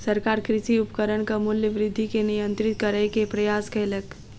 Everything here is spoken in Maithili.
सरकार कृषि उपकरणक मूल्य वृद्धि के नियंत्रित करै के प्रयास कयलक